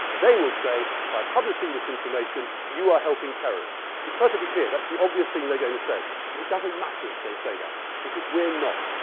they will say by publishing this information, you are helping terrorists'. it's perfectly clear. that's the obvious thing they're going to say. and it doesn't matter if they say that because we're not.